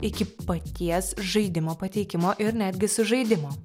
iki paties žaidimo pateikimo ir netgi sužaidimo